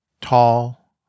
Tall